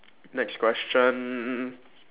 next question